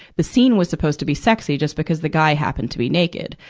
the scene was supposed to be sexy, just because the guy happened to be naked.